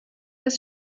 des